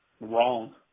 wrong